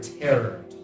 terror